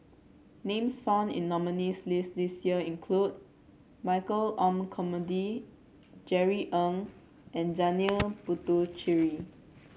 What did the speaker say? names found in the nominees' list this year include Michael Olcomendy Jerry Ng and Janil Puthucheary